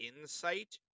insight